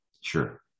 Sure